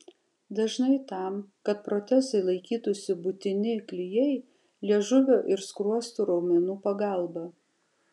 dažnai tam kad protezai laikytųsi būtini klijai liežuvio ir skruostų raumenų pagalba